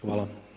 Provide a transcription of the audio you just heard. Hvala.